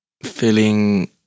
Feeling